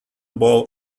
bowl